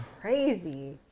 crazy